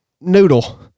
noodle